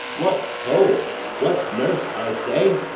what, ho! what, nurse, i say!